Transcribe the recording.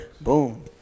Boom